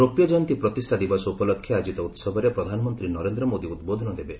ରୌପ୍ୟ ଜୟନ୍ତୀ ପ୍ରତିଷ୍ଠା ଦିବସ ଉପଲକ୍ଷେ ଆୟୋକିତ ଉସବରେ ପ୍ରଧାନମନ୍ତ୍ରୀ ନରେନ୍ଦ୍ର ମୋଦି ଉଦ୍ବୋଧନ ଦେବେ